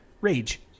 Rage